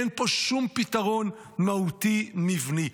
אין פה שום פתרון מהותי מבני.